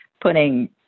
putting